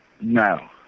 No